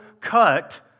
cut